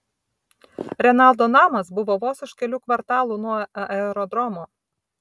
renaldo namas buvo vos už kelių kvartalų nuo aerodromo